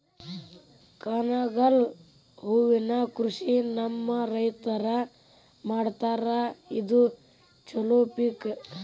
ಕನಗಲ ಹೂವಿನ ಕೃಷಿ ನಮ್ಮ ರೈತರು ಮಾಡತಾರ ಇದು ಚಲೋ ಪಿಕ